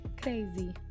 crazy